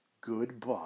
Goodbye